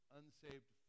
unsaved